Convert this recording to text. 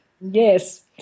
Yes